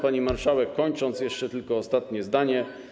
Pani marszałek, kończę, jeszcze tylko ostatnie zdanie.